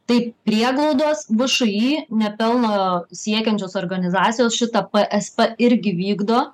tai prieglaudos všį nepelno siekiančios organizacijos šitą psp irgi vykdo